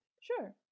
Sure